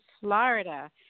Florida